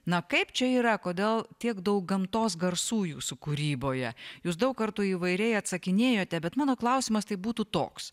na kaip čia yra kodėl tiek daug gamtos garsų jūsų kūryboje jūs daug kartų įvairiai atsakinėjote bet mano klausimas tai būtų toks